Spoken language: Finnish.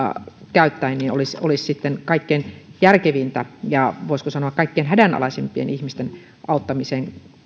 käyttäen olisi olisi kaikkein järkevintä toimia ja voisiko sanoa kaikkein hädänalaisimpien ihmisten auttamiseen